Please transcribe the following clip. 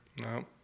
No